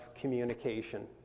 communication